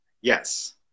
Yes